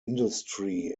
industry